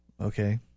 Okay